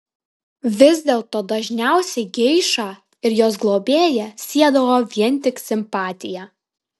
vis dėlto dažniausiai geišą ir jos globėją siedavo vien tik simpatija